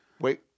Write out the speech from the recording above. Wait